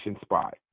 spot